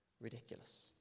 Ridiculous